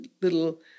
little